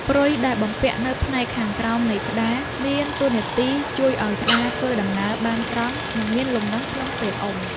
ព្រុយ ដែលបំពាក់នៅផ្នែកខាងក្រោមនៃក្តារ មានតួនាទីជួយឱ្យក្តារធ្វើដំណើរបានត្រង់ និងមានលំនឹងក្នុងពេលអុំ។